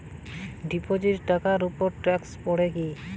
Deposit টাকার উপর tax পড়ে কি?